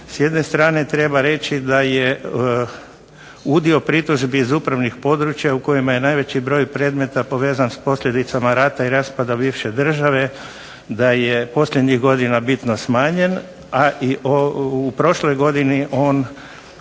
S jedne strane treba reći da je udio pritužbi iz upravnih područja u kojima je najveći broj predmeta povezan s posljedicama rata i raspada bivše države da je posljednjih godina bitno smanjen, a i u prošloj godini on